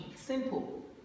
Simple